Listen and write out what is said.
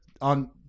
on